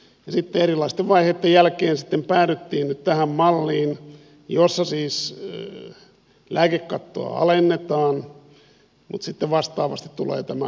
sitten erilaisten vaiheitten jälkeen päädyttiin nyt tähän malliin jossa siis lääkekattoa alennetaan mutta sitten vastaavasti tulee tämä omavastuu